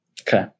Okay